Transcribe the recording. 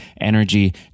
energy